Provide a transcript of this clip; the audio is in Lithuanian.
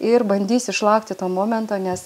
ir bandysiu išlaukti to momento nes